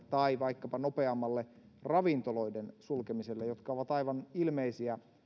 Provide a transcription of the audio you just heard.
tai vaikkapa nopeammalle ravintoloiden sulkemiselle jotka ovat aivan ilmeisiä